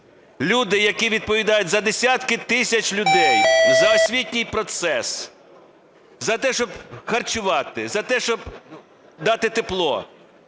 Люди, які відповідають за десятки тисяч людей, за освітній процес, за те, щоб харчувати, за те, щоб дати тепло,